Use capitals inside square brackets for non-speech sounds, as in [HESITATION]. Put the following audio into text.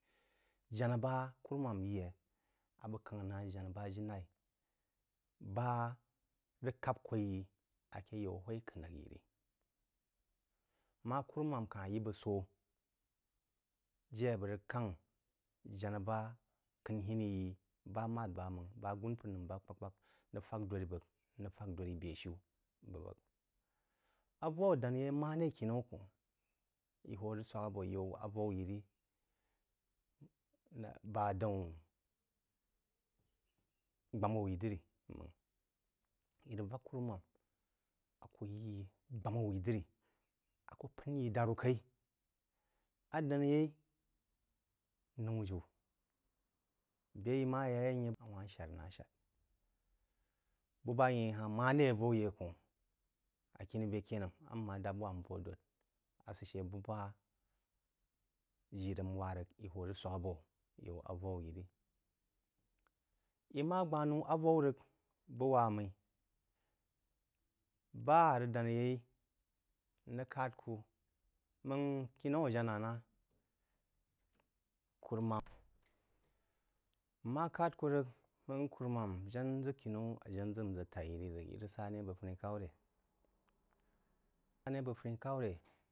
Janā bá á kúrúmam yi yé a bəg káng ná janá bá ajínlaí, ba rəg kwoi yí aké yau hwaú-kənrəg yí rí, má a kúnimām ka-hn yí bəg sō jé bəg rəg káng janá bá k’əngh-hini jí, bá mād-ba máng, bəg agūn mpər bá kpak-kpak rəg fāk dōdri bəg, n rəg fāk dōdri bēshiú bú bəg. Avaú á dan-yeó maré kinaú kōhn í hō rəg swák abō yaú avaú yi rí [HESITATION] e. g. L bá daún [HESITATION] gbāmá wùí dirí máng í rəg vak kúrúmán a kú yí í gbamá wúí dirí, a ku̍ p’ən yí dāru̍ kai, a dānyeī nōú jiú, bē í má ya yeí a wanh-shāb-nà-shāb. Bú bá yhēn hāhn mare avaú yé kōhn a khini bē k’əd nəm a na má dāb wá-mnú rō dōd asə shə bú baji rəg n wá rəg í hō rəg swāk abō yaú avaú yí rí. Í má gbánoú avoú rəg bəg wá-mmí, bá á rəg dānyeí n rəg kād kú máng kinaú a janá naá kúrúmám [NOISE] n ma kād kú rəg máng kúnímám jan ʒək kinaú ʒə tak-yí rí rəg í rəg sá né bəg funi-k’au ré? Í rəg sə né bəg funi-k’aú ré?